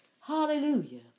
Hallelujah